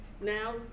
Now